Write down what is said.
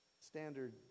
standard